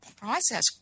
process